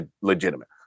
legitimate